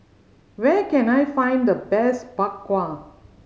where can I find the best Bak Kwa